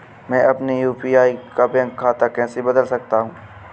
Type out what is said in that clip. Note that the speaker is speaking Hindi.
मैं अपने यू.पी.आई का बैंक खाता कैसे बदल सकता हूँ?